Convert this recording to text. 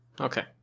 Okay